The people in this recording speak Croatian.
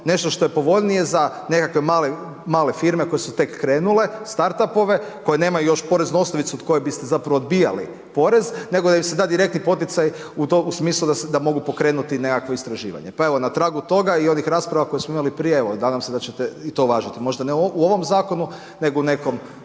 nešto što je povoljnije za nekakve male firme koje su tek krenule, start upove koje nemaju još poreznu osnovicu od koje biste zapravo odbijali porez, nego da im se da direktni poticaj u smislu da mogu pokrenuti nekakvo istraživanje. Pa evo na tragu toga i onih rasprava koje smo imali prije, evo nadam se da ćete i to uvažiti možda ne u ovom zakonu, nego u nekom